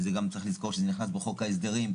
וגם צריך לזכור שזה נכנס בחוק ההסדרים,